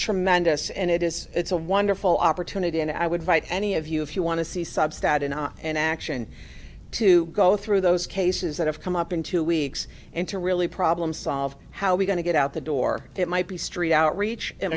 tremendous and it is it's a wonderful opportunity and i would fight any of you if you want to see substate and i and action to go through those cases that have come up in two weeks and to really problem solve how we going to get out the door it might be street outreach